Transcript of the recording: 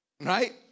Right